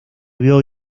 vio